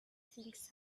sight